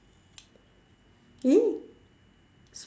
!ee!